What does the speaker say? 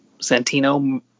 santino